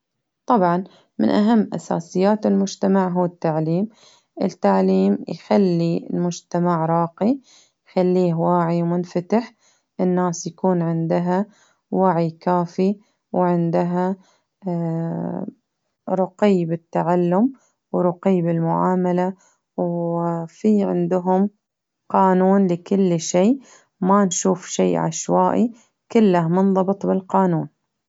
طبعا من أهم أساسيات المجتمع هو التعليم، التعليم يخلي المجتمع راقي، يخليه واعي ومنفتح، الناس يكون عندها وعي كافي، وعندها رقي بالتعلم، ورقي بالمعاملة، وفي عندهم قانون لكل شيء، ما نشوف شيء عشوائي، كله منضبط بالقانون.